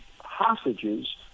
hostages